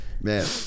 man